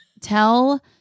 tell